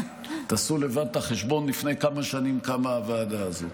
עשו לבד את החשבון לפני כמה שנים קמה הוועדה הזו.